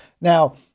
Now